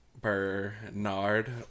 Bernard